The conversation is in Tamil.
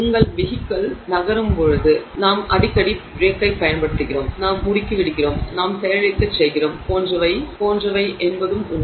உங்கள் வெஹிகிள் நகரும்போது நாங்கள் அடிக்கடி பிரேக்கைப் பயன்படுத்துகிறோம் நாங்கள் முடுக்கி விடுகிறோம் நாம் செயலிழக்க செய்கிறோம் போன்றவை என்பதும் உண்மை